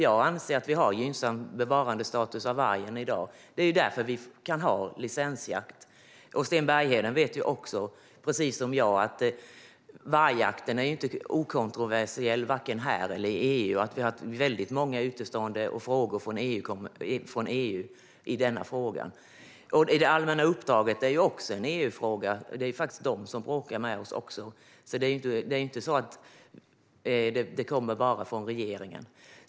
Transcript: Jag anser att bevarandestatusen för varg är gynnsam i dag, och därför kan vi ha licensjakt. Sten Bergheden vet precis som jag att vargjakten inte är okontroversiell vare sig här i Sverige eller i EU. Vi har väldigt många utestående frågor från EU-håll i detta. Det allmänna uppdraget är också en EU-fråga. Det är faktiskt de som bråkar med oss. Det här kommer alltså inte bara från regeringen.